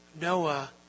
Noah